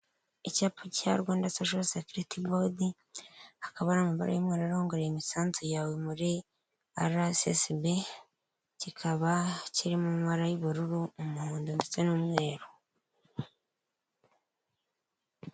Icyapa cya Rwanda sosho sekiriti bodi, hakaba hari amabara y'umweru, arongoreye imisanzu yawe muri RSSB kikaba kirimo n'ibara y'ubururu umuhondo ndetse n'umweru.